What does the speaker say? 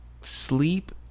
Sleep